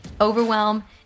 overwhelm